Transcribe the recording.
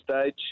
stage